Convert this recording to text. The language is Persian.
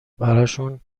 براشون